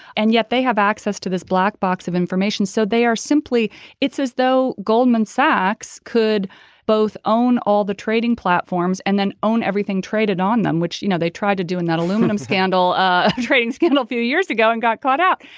and yet they have access to this black box of information so they are simply it's as though goldman sachs could both own all the trading platforms and then own everything traded on them which you know they tried to do in that aluminum scandal ah trading scandal a few years ago and got caught up.